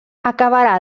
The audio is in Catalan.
acabarà